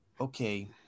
Okay